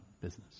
business